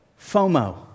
FOMO